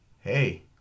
hey